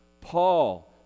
paul